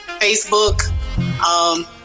Facebook